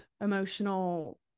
emotional